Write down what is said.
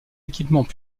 équipements